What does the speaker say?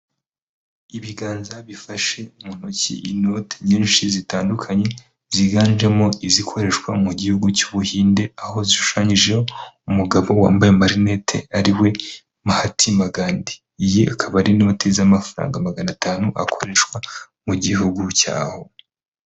Ibiganza bifashe mu ntoki inoti nyinshi zitandukanye ziganjemo izikoreshwa mu gihugu cy'Ubuhinde, aho zishushanyijeho umugabo wambaye amarinet ariwe Mahatima gandhi, IyI akaba ari inoti z'amafaranga magana atanu akoreshwa mu gihugu cyaho.